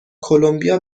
کلمبیا